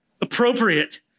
appropriate